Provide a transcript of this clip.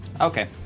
Okay